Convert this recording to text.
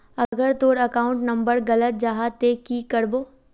अगर तोर account number गलत जाहा ते की करबो?